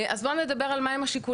אז בוא נדבר על מה הם השיקולים,